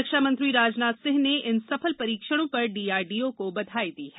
रक्षा मंत्री राजनाथ सिंह ने इन सफल परीक्षणों पर डीआरडीओ को बधाई दी है